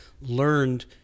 learned